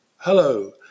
Hello